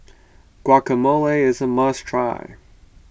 Guacamole is a must try